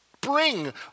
bring